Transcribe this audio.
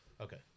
Okay